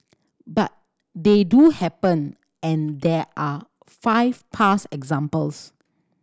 but they do happen and there are five past examples